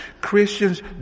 Christians